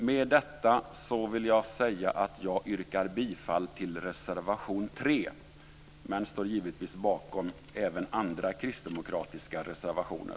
Med detta yrkar jag bifall till reservation 3, men jag står givetvis bakom även andra kristdemokratiska reservationer.